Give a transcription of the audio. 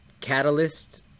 catalyst